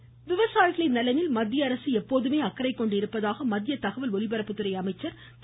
பிரகாஷ் ஜவ்டேகர் விவசாயிகளின் நலனில் மத்திய அரசு எப்போதுமே அக்கறை கொண்டிருப்பதாக மத்திய தகவல் ஒலிபரப்புத்துறை அமைச்சா் திரு